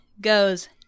goes